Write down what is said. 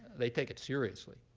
they take it seriously.